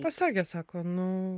pasakė sako nu